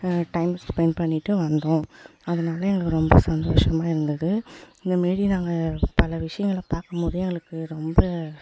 time spend பண்ணிவிட்டு வந்தோம் அதனால எங்களுக்கு ரொம்ப சந்தோஷமா இருந்தது இந்தமாரி நாங்கள் பல விஷயங்களை பார்க்கும்போதே எங்களுக்கு ரொம்ப